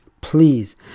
Please